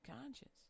conscience